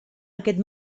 aquest